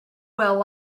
well